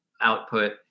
output